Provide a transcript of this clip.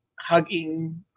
hugging